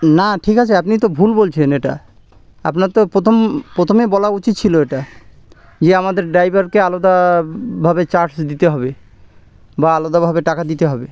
না ঠিক আছে আপনি তো ভুল বলছেন এটা আপনার তো প্রথম প্রথমেই বলা উচিত ছিল এটা যে আমাদের ড্রাইভারকে আলাদাভাবে চার্জ দিতে হবে বা আলাদাভাবে টাকা দিতে হবে